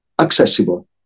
accessible